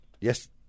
yes